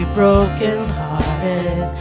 brokenhearted